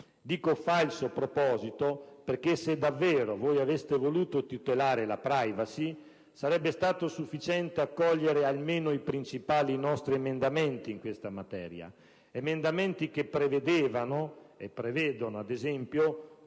Dico falso proposito perché, se davvero aveste voluto tutelare la *privacy*, sarebbe stato sufficiente accogliere almeno i nostri principali emendamenti in questa materia, emendamenti che prevedevano e prevedono, ad esempio,